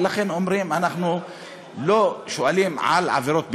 ולכן אומרים: אנחנו לא שואלים על עבירות ביטוח.